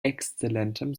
exzellentem